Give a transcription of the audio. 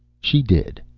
she did!